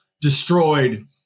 destroyed